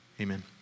Amen